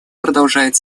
продолжает